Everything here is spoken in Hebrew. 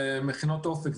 במכינות אופק,